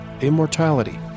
immortality